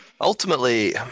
ultimately